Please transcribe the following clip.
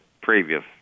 previous